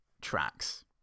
tracks